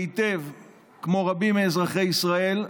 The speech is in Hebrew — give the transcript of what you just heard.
כמו רבים מאזרחי ישראל,